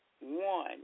one